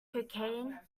cocaine